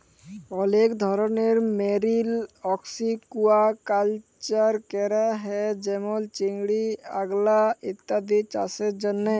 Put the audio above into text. অলেক ধরলের marine aquaculture ক্যরা হ্যয়ে যেমল চিংড়ি, আলগা ইত্যাদি চাসের জন্হে